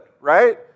right